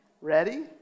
Ready